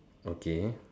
okay